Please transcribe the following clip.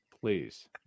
please